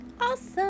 Awesome